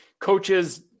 coaches